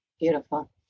Beautiful